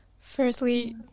Firstly